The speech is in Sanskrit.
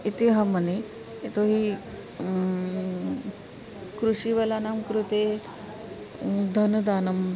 इति अहं मन्ये यतोहि कृषिवलानां कृते धनदानं